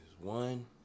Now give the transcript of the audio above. one